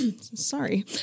Sorry